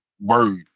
word